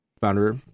founder